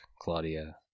Claudia